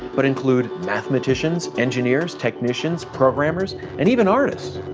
but include mathematicians, engineers, technicians, programmers, and even artists.